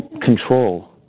control